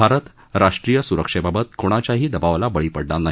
भारत राष्ट्रीय सुरक्षेबाबत क्णाच्याही दबावाला बळी पडणार नाही